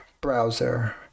Browser